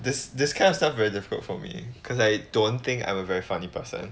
this this kind of stuff very difficult for me because I don't think I'm a very funny person